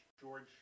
George